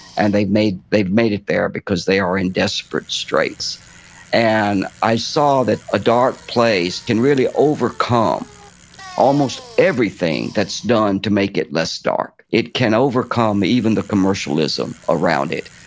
and they've made they've made it there because they are in desperate straights and i saw that a dark place can really overcome um almost everything that's done to make it less dark. it can overcome even the commercialism around it,